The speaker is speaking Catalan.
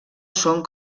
són